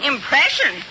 Impression